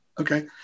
Okay